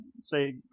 say